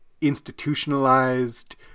institutionalized